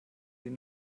ihre